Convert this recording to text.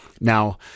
now